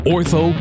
Ortho